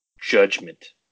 Judgment